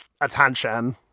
attention